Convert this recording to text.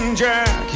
jack